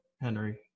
Henry